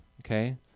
okay